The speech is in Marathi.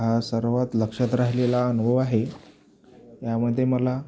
हा सर्वात लक्षात राहिलेला अनुभव आहे यामध्ये मला